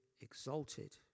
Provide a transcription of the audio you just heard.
exalted